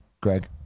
Greg